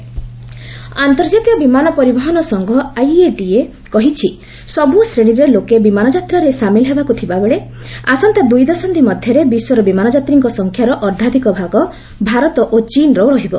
IATA India ଆର୍ନ୍ତଜାତୀୟ ବିମାନ ପରିବହନ ସଂଘ ଆଇଏଟିଏ କହିଛି ସବୁ ଶ୍ରେଣୀରେ ଲୋକେ ବିମାନ ଯାତ୍ରାରେ ସାମିଲ ହେବାକୁ ଥିବାବେଳେ ଆସନ୍ତା ଦୂଇ ଦଶନ୍ଧି ମଧ୍ୟରେ ବିଶ୍ୱର ବିମାନଯାତ୍ରୀଙ୍କ ସଂଖ୍ୟାର ଅର୍ଦ୍ଧାଧକ ଭାଗ ଭାରତ ଓ ଚୀନର ରହିବ